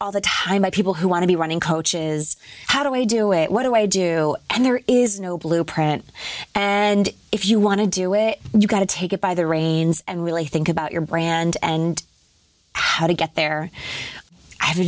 by people who want to be running coaches how do i do it what do i do and there is no blueprint and if you want to do it you've got to take it by the reins and really think about your brand and how to get there i have a